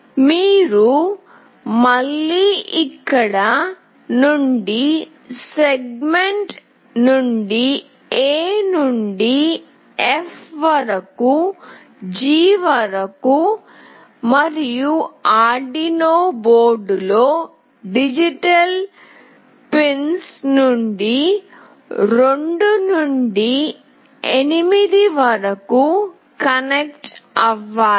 మీరు మళ్ళీ ఇక్కడ నుండి సెగ్మెంట్ నుండి ఎ నుండి ఎఫ్ వరకు జి వరకు మరియు ఆర్డునో బోర్డులో డిజిటల్ పిన్స్ డి 2 నుండి డి 8 వరకు కనెక్ట్ అవ్వాలి